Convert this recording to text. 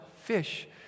fish